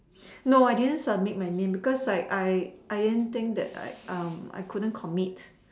no I didn't submit my name because like I I didn't think that like I couldn't commit